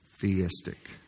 Theistic